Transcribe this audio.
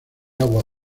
agua